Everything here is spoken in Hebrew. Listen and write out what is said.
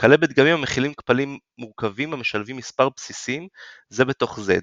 וכלה בדגמים המכילים קפלים מורכבים המשלבים מספר בסיסים זה בתוך זה,